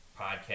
podcast